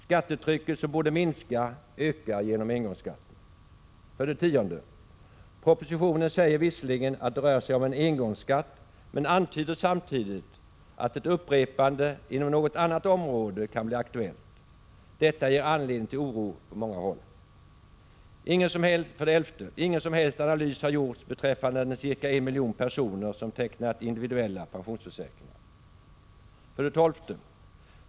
Skattetrycket, som borde minska, ökar genom engångsskatten. 10.1 propositionen sägs visserligen att det rör sig om en engångsskatt, men man antyder samtidigt att ett upprepande inom något annat område kan bli aktuellt. Detta ger anledning till oro på många håll. 11.Ingen som helst analys har gjorts beträffande ca 1 miljon personer som tecknat individuella pensionsförsäkringar. 12.